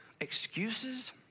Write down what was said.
Excuses